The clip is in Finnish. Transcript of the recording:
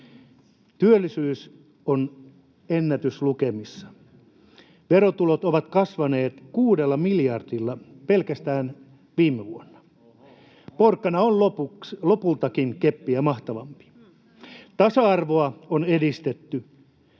Työllisyys on ennätyslukemissa. Verotulot ovat kasvaneet kuudella miljardilla pelkästään viime vuonna. [Eduskunnasta: Oho!] Porkkana on lopulta keppiä mahtavampi. Tasa-arvoa on edistetty.